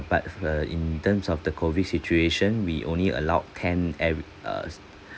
but the in terms of the COVID situation we only allowed ten at err